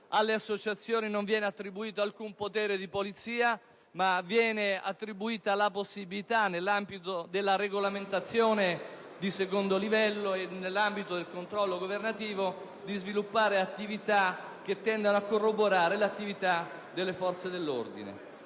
Alle associazioni non viene attribuito alcun potere di polizia, ma la possibilità, nell'ambito della regolamentazione di secondo livello e del controllo governativo, di sviluppare attività che tendano a corroborare l'attività delle forze dell'ordine.